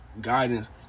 guidance